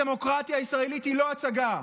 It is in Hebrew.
הדמוקרטיה הישראלית היא לא הצגה.